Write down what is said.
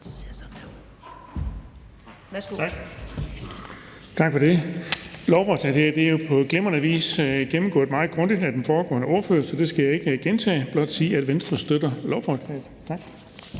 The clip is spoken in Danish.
Erling Bonnesen (V): Tak for det. Lovforslaget her er jo på glimrende vis gennemgået meget grundigt af den foregående ordfører, så det skal jeg ikke gentage, men blot sige, at Venstre støtter lovforslaget. Tak.